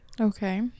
Okay